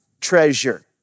treasure